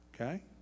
Okay